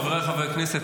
חבריי חברי הכנסת,